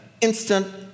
instant